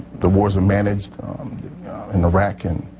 the was unmanaged nerve-wracking